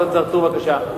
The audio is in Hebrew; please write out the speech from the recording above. חבר הכנסת צרצור, בבקשה.